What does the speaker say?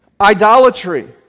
Idolatry